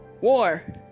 War